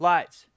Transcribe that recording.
Lights